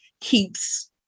keeps